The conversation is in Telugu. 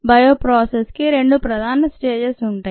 బయో ప్రాసెస్ కి రెండు ప్రధాన స్టేజెస్ ఉంటాయి